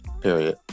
Period